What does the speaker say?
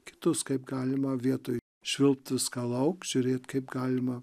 kitus kaip galima vietoj švilpt viską lauk žiūrėt kaip galima